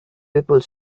people